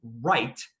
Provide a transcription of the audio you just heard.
right